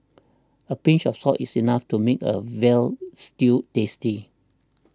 a pinch of salt is enough to make a Veal Stew tasty